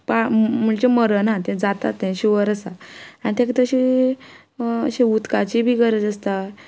पाळां म्हणजे मरना तें जाता तें शिवर आसा आनी ताका तशी अशी उदकाची बी गरज आसता